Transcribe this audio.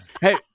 Hey